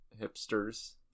hipsters